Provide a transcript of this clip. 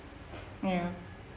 ya